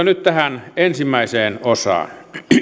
nyt tähän ensimmäiseen osaan tulevaisuusselonteon